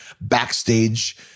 backstage